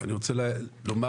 אני רוצה לומר,